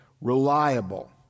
reliable